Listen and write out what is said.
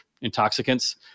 intoxicants